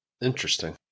Interesting